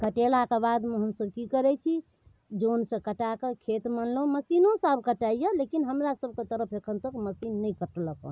कटेलाके बादमे हमसब की करैत छी जनसँ कटाके खेतमे अनलहुँ मशीनोसँ आब कटैए लेकिन हमरा सबकऽ तरफ अखनि तक मशीन नहि कटलक हँ